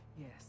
Yes